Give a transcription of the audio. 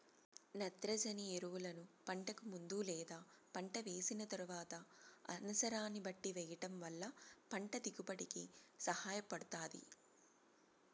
నత్రజని ఎరువులను పంటకు ముందు లేదా పంట వేసిన తరువాత అనసరాన్ని బట్టి వెయ్యటం వల్ల పంట దిగుబడి కి సహాయపడుతాది